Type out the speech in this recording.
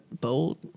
bold